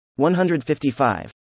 155